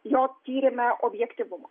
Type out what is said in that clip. jo tyrime objektyvumo